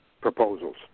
proposals